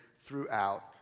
throughout